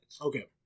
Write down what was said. Okay